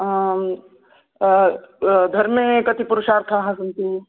आं धर्मे कति पुरुषार्थाः सन्ति